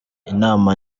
inama